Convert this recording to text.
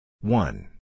One